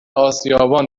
اسیابان